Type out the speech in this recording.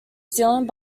zealand